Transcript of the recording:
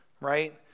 right